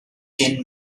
ten